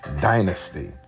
dynasty